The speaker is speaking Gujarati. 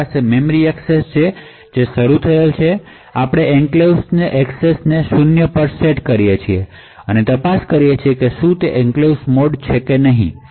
આપણી પાસે મેમરી એક્સેસ છે આપણે એન્ક્લેવ્સ ની એક્સેસને શૂન્ય પર સેટ કરીએ છીએ આપણે તપાસ કરીએ છીએ કે શું તે એન્ક્લેવ્સ મોડ છે કે નહીં